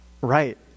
right